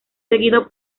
seguido